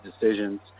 decisions